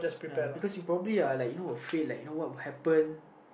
ya because you probably uh like you know you feel like you know what will happen